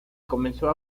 comenzó